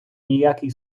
ніякий